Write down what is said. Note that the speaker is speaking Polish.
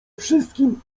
wszystkim